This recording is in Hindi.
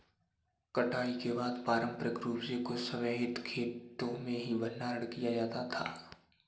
कटाई के बाद पारंपरिक रूप से कुछ समय हेतु खेतो में ही भंडारण किया जाता था